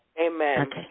Amen